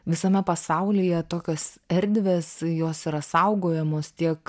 visame pasaulyje tokios erdvės jos yra saugojamos tiek